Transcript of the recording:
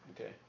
okay